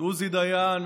עוזי דיין,